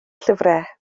llyfrau